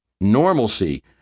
Normalcy